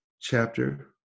chapter